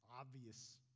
obvious